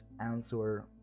answer